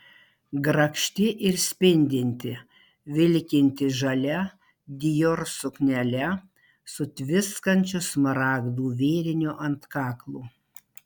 grakšti ir spindinti vilkinti žalia dior suknele su tviskančiu smaragdų vėriniu ant kaklo